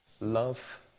love